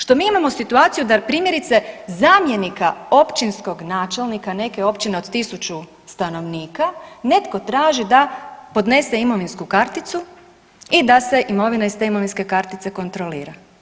Što mi imamo situaciju da primjerice zamjenika općinskog načelnika neke općine od 1000 stanovnika netko traži da podnese imovinsku karticu i da se imovina iz te imovinske kartice kontrolira.